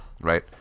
right